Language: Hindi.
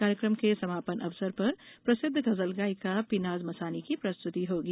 कार्यक्रम के समापन अवसर पर प्रसिद्ध गजल गायिका पीनाज मसानी की प्रस्तुति होगी